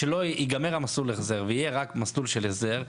שייגמר מסלול החזר ויהיה רק מסלול של החזר,